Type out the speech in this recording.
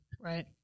Right